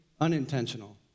Unintentional